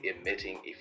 emitting